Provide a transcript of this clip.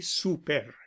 super